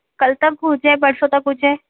کل تک پہنچے پرسوں تک پہنچے